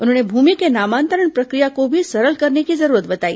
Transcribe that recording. उन्होंने भूमि के नामांतरण प्रक्रिया को भी सरल करने की जरूरत बताई